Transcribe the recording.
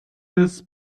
des